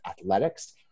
athletics